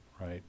right